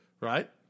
right